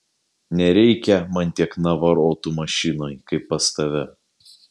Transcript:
nereikia man tiek navarotų mašinoj kaip pas tave